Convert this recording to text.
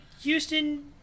Houston